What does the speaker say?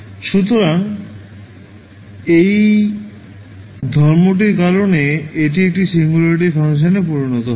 সুতরাং এই ধর্মটির কারণে এটি একটি সিঙ্গুলারিটি ফাংশনে পরিণত হবে